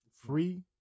Free